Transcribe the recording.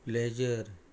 pleasure